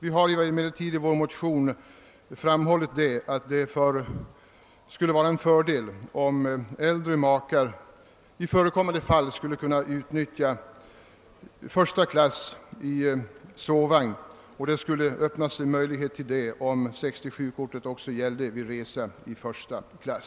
I vår motion har vi emellertid framhållit att det skulle vara en fördel om äldre makar i förekommande fall skulle kunna utnyttja första klass sovvagn. Det skulle öppnas möjlighet härtill om 67-kortet också gällde vid resa i första klass.